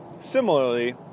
similarly